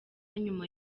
nyuma